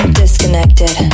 disconnected